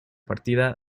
partida